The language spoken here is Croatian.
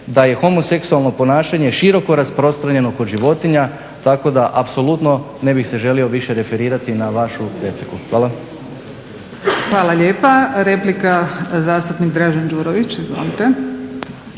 da je homoseksualno ponašanje široko rasprostranjeno kod životinja, tako da apsolutno ne bih se želio više referirati na vašu etiku. Hvala. **Kosor, Jadranka (HDZ)** Hvala lijepa. Replika, zastupnik Dražen Đurović. Izvolite.